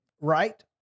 Right